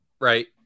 right